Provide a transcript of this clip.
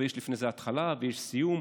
ויש לפני זה התחלה ויש סיום.